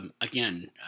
again